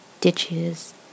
ditches